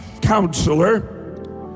counselor